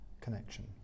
connection